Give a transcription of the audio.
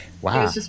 Wow